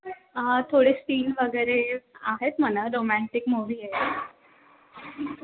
थोडे सीन वगैरे आहेत म्हणा रोमांटिक मूव्ही आहे